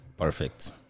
Perfect